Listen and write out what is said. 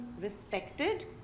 respected